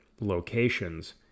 locations